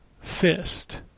Fist